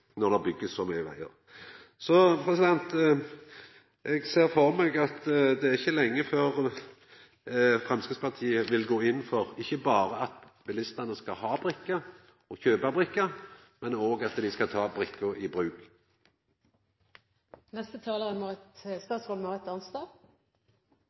når det blir bygd så mykje vegar. Så eg ser for meg at det ikkje er lenge før Framstegspartiet vil gå inn for at bilistane ikkje berre skal kjøpa brikka, og ha brikka, men òg at dei skal ta brikka i